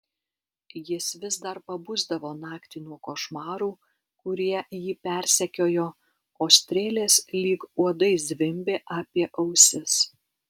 jis vis dar pabusdavo naktį nuo košmarų kurie jį persekiojo o strėlės lyg uodai zvimbė apie ausis